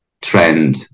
trend